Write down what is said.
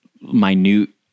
minute